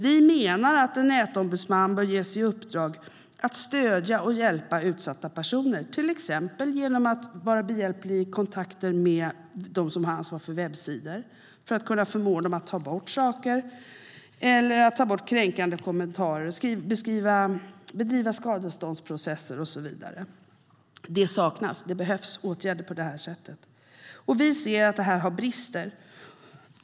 Vi menar att en nätombudsman bör ges i uppdrag att stödja och hjälpa utsatta personer, till exempel genom att vara behjälplig i kontakter med dem som har ansvar för webbsidor för att kunna förmå dem att ta bort saker, ta bort kränkande kommentarer, bedriva skadeståndsprocesser och så vidare. Det saknas. Det behövs sådana åtgärder. Vi ser att det finns brister.